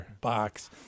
box